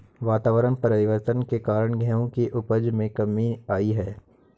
वातावरण परिवर्तन के कारण गेहूं की उपज में कमी आई है